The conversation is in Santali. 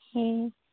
ᱦᱮᱸ